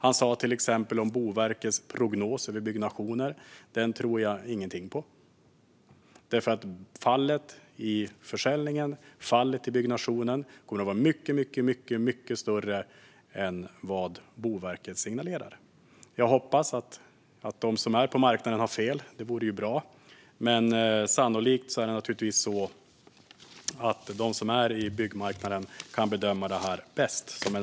Han sa till exempel om Boverkets prognos över byggnationer: Den tror jag ingenting på, för fallet i försäljningen och i byggnationen kommer att vara mycket, mycket större än vad Boverket signalerar. Jag hoppas att de som är på marknaden har fel - det vore ju bra - men sannolikt är det naturligtvis de som är närmast byggmarknaden som kan bedöma detta bäst.